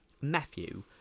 Matthew